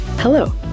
Hello